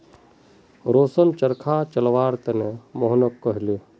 रोशन चरखा चलव्वार त न मोहनक कहले